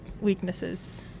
weaknesses